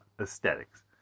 aesthetics